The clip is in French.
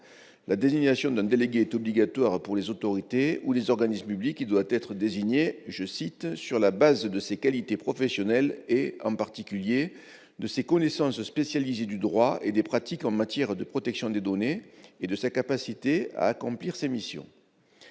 La désignation d'un délégué est obligatoire pour les autorités ou les organismes publics. Elle s'effectue sur la base de ses qualités professionnelles et, en particulier, de ses connaissances spécialisées du droit et des pratiques en matière de protection des données, et de sa capacité à accomplir ses missions.